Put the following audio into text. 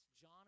John